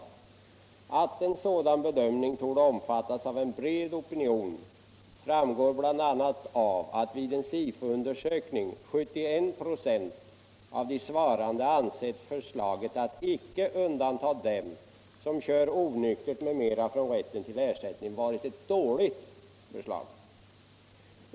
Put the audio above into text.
25 Att en sådan bedömning torde omfattas av en bred opinion framgår bl.a. av att vid en SIFO-undersökning 71 procent av de svarande ansett förslaget att inte undanta den som kör onyktert m.m. från rätten till ersättning vara ett dåligt förslag.